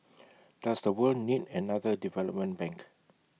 does the world need another development bank